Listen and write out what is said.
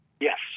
Yes